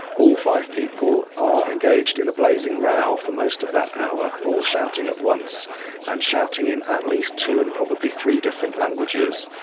all five people are engaged in a blazing row for most of that hour, all shouting at once and shouting in at least two and probably three different languages.